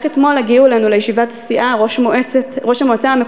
רק אתמול הגיעו אלינו לישיבת הסיעה ראש המועצה המקומית